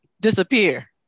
disappear